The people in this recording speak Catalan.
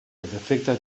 defecte